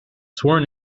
sworn